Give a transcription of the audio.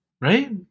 right